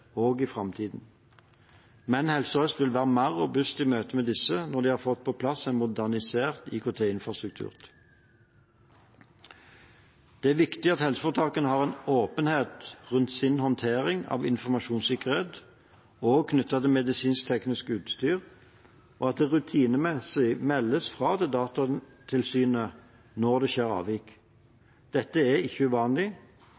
i framtiden, men Helse Sør-Øst vil være mer robust i møte med disse når de har fått på plass en modernisert IKT-infrastruktur. Det er viktig at helseforetakene har en åpenhet rundt sin håndtering av informasjonssikkerhet, også knyttet til medisinsk-teknisk utstyr, og at det rutinemessig meldes fra til Datatilsynet når